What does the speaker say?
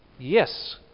Yes